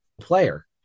player